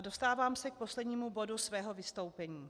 Dostávám se k poslednímu bodu svého vystoupení.